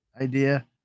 idea